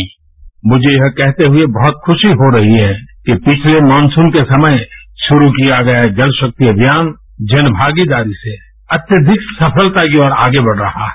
bite मुझे यह कहते हुए बहुत खुशी हो रही है कि पिछले मानसून के समय शुरू किया गया जल शक्ति अभियान जनभागीदारी से अत्यधिक सफलता की ओर आगे बढ़ रहा है